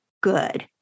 good